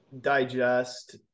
digest